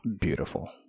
Beautiful